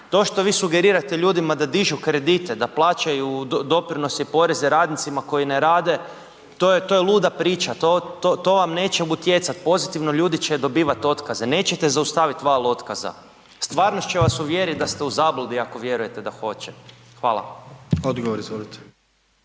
To što vi sugerirate ljudima da dižu kredite, da plaćaju doprinose i poreze radnicima koji ne rade, to je luda priča to vam neće utjecati pozitivno, ljudi će dobivati otkaze, neće zaustaviti otkaza. Stvarnost će vas uvjerit da se u zabludi, ako vjerujete da hoće. Hvala. **Jandroković,